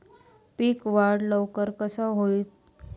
पीक वाढ लवकर कसा होईत?